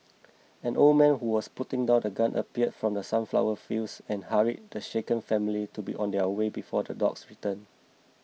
an old man who was putting down his gun appeared from the sunflower fields and hurried the shaken family to be on their way before the dogs return